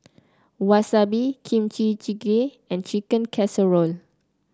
Wasabi Kimchi Jjigae and Chicken Casserole